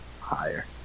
higher